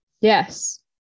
yes